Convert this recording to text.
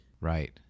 Right